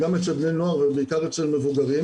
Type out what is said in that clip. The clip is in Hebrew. גם אצל בני נוער אבל בעיקר אצל מבוגרים.